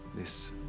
this.